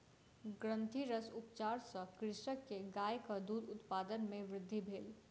ग्रंथिरस उपचार सॅ कृषक के गायक दूध उत्पादन मे वृद्धि भेल